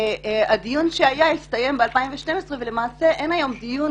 הדיון שהיה הסתיים ב-2012 ולמעשה אין היום דיון